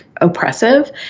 oppressive